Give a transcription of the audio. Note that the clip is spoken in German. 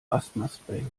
asthmaspray